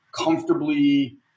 comfortably